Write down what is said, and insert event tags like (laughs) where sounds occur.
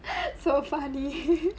(breath) so funny (laughs)